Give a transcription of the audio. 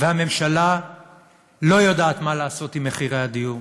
והממשלה לא יודעת מה לעשות עם מחירי הדיור.